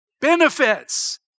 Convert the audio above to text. benefits